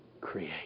create